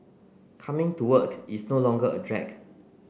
coming to work is no longer a drag